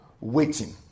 waiting